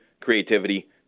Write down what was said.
creativity